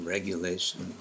Regulation